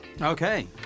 Okay